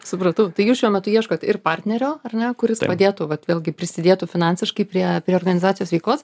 supratau tai jūs šiuo metu ieškot ir partnerio ar ne kuris padėtų vat vėlgi prisidėtų finansiškai prie prie organizacijos veiklos